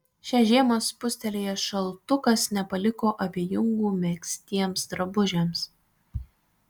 šią žiemą spustelėjęs šaltukas nepaliko abejingų megztiems drabužiams